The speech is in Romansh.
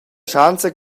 schanza